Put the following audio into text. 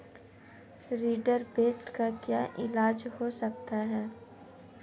rinderpest का क्या इलाज हो सकता है